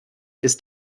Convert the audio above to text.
ist